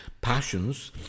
passions